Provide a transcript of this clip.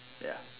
ya